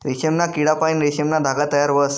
रेशीमना किडापाईन रेशीमना धागा तयार व्हस